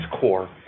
core